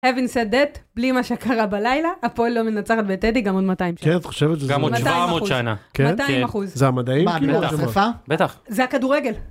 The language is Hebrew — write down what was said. Having said that, בלי מה שקרה בלילה, הפועל לא מנצחת בטדי, גם עוד 200 שנה. כן, את חושבת שזה עוד 200 שנה. 200 אחוז. זה המדעים כאילו? בטח, בטח. זה הכדורגל.